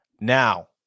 Now